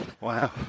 Wow